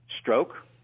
stroke